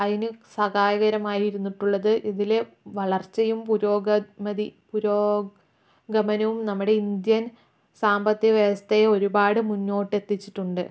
അതിന് സഹായകരമായിരുന്നിട്ടുള്ളത് ഇതില് വളർച്ചയും പുരോഗതി പുരോഗമനവും നമ്മുടെ ഇന്ത്യൻ സാമ്പത്തിക വ്യവസ്ഥയെ ഒരുപാട് മുന്നോട്ട് എത്തിച്ചിട്ടുണ്ട്